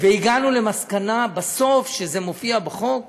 הגענו למסקנה בסוף שזה יופיע בחוק,